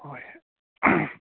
হয়